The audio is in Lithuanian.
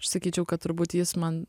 aš sakyčiau kad turbūt jis man